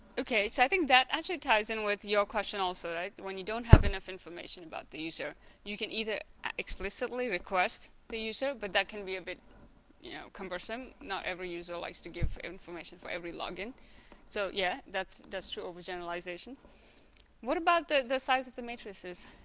okay so i think that actually ties in with your question also right when you don't have enough information about the user you can either explicitly request the user but that can be a bit you know cumbersome not every user likes to give information for every login so yeah that's that's true over generalization what about the the size of the matrices.